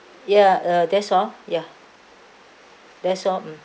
ya uh that's all ya that's all mm